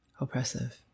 oppressive